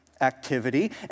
activity